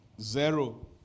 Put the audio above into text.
Zero